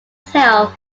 tail